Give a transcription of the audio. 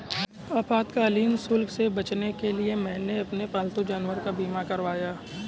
आपातकालीन शुल्क से बचने के लिए मैंने अपने पालतू जानवर का बीमा करवाया है